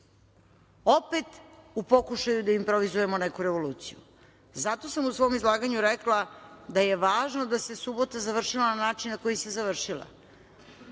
Opet u pokušaju da improvizujemo neku revoluciju. Zato sam u svom izlaganju rekla da je važno da se subota završila na način na koji se završila.